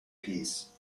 peace